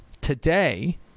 Today